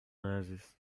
oasis